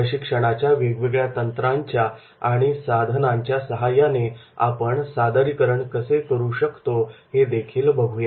प्रशिक्षणाच्या वेगवेगळ्या तंत्रांच्या आणि साधनांच्या सहाय्याने आपण सादरीकरण कसे तयार करू शकतो हे देखील बघूया